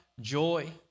joy